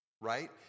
Right